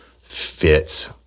fits